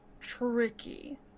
tricky